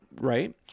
right